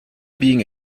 being